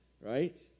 right